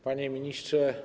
Panie Ministrze!